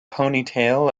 ponytail